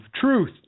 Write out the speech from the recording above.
truth